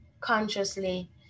consciously